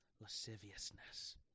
lasciviousness